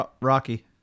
Rocky